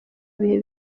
bihe